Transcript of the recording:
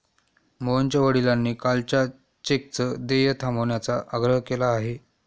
मोहनच्या वडिलांनी कालच्या चेकचं देय थांबवण्याचा आग्रह केला आहे